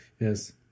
yes